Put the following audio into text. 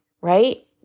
right